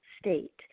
state